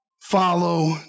follow